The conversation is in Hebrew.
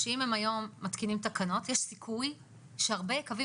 שאם הם היום מתקינים תקנות יש סיכוי שהרבה יקבים